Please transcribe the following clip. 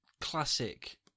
classic